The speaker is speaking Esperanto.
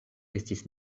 estis